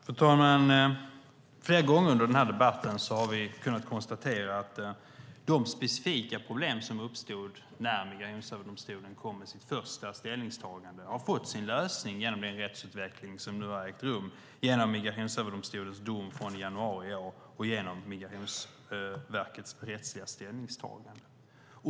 Fru talman! Flera gånger under debatten har vi kunnat konstatera att de specifika problem som uppstod när Migrationsöverdomstolen kom med sitt första ställningstagande har fått sin lösning i och med den rättsutveckling som har ägt rum genom Migrationsöverdomstolens dom från januari i år och genom Migrationsverkets rättsliga ställningstagande.